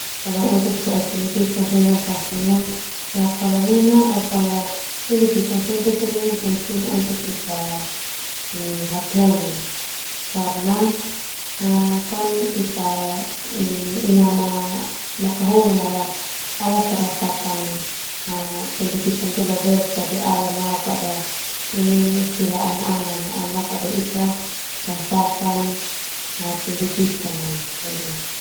Pendidikan pasti penting untuk ita hataholi karna ita inama makahulu ala ta rasakan pendidikan ndia lo bek fa jadi pasti ala nauk kada ita rasakan pendidikan.